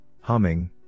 humming